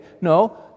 No